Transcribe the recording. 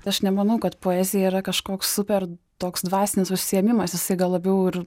aš nemanau kad poezija yra kažkoks super toks dvasinis užsiėmimas jisai gal labiau ir